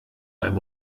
beim